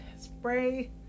spray